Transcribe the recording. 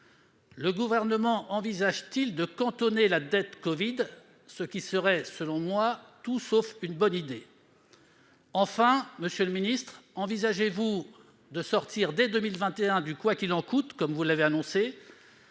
Le Gouvernement envisage-t-il de cantonner la dette covid, ce qui serait, selon moi, tout sauf une bonne idée ? Enfin, envisagez-vous de sortir, dès 2021, du « quoi qu'il en coûte », comme vous l'avez annoncé,